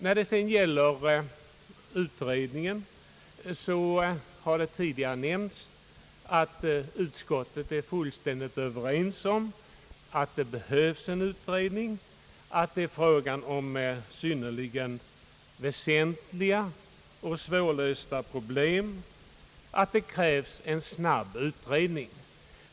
När det gäller utredningen har som tidigare nämnts utskottet varit helt ense om att det behövs en utredning, att det här är fråga om synnerligen väsentliga och svårlösta problem som kräver en snabb utredning.